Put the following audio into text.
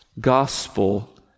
gospel